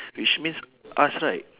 which means us right